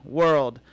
world